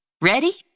Ready